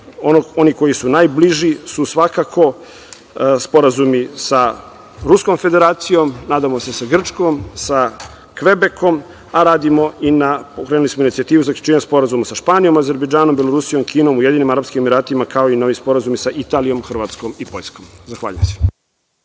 Oni koji su najbliži su svakako sporazumi sa Ruskom Federacijom, nadamo se sa Grčkom, sa Kvebekom, a radimo i na, pokrenuli smo inicijativu zaključivanja sporazuma sa Španijom, Azerbejdžanom, Belorusijom, Kinom, Ujedinjenim Arapskim Emiratima, kao i novi sporazumi sa Italijom, Hrvatskom i Poljskom. Zahvaljujem se.